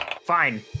Fine